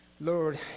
Lord